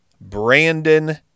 Brandon –